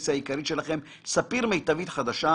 הפנסיה העיקרית שלכם ספיר מיטבית חדשה,